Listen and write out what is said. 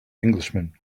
englishman